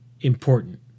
important